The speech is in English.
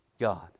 God